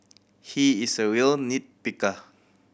he is a real nit picker